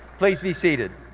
please be seated.